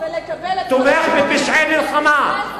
תומך בפשעי מלחמה.